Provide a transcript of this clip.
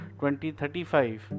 2035